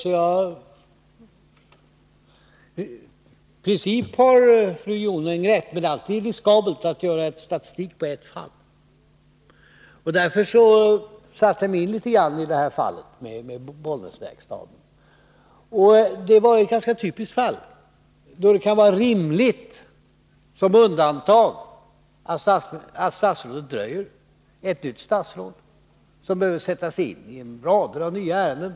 I princip har fru Jonäng rätt i sin kritik, men det är alltid riskabelt att göra statistik på ett fall. Därför satte jag mig in i fallet med Bollnäsverkstaden. Det är ganska typiskt exempel på fall där det som ett undantag kan vara rimligt att statsrådet dröjer med besvarandet. Ett nytt statsråd behöver sätta sig in i rader av nya ärenden.